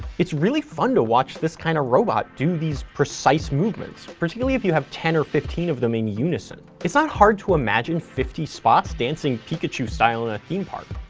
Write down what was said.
it's really fun to watch this kind of robot do these precise movements, particularly if you have ten or fifteen of them in unison. it's not hard to imagine fifty spots dancing pikachu-style in a theme park.